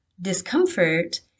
discomfort